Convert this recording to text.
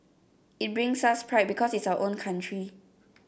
it brings us pride because it's our own country